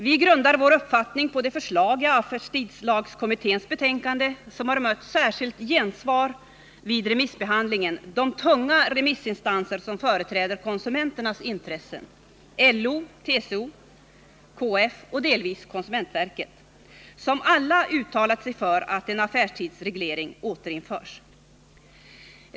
Vi grundar vår uppfattning på det förslag i affärstidslagskommitténs betänkande som vid remissbehandlingen har mött särskilt gensvar av de tunga remissinstanser som företräder konsumenternas intressen, LO, TCO, KF och delvis konsumentverket, som alla har uttalat sig för att en affärstidsreglering återinförs.